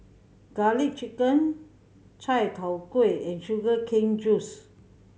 Garlic Chicken Chai Tow Kuay and sugar cane juice